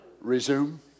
Resume